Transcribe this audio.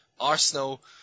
Arsenal